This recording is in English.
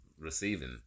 receiving